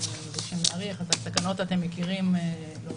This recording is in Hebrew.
האפידמיולוגי להאריך, את הסכנות אתם מכירים, לא